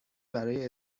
برای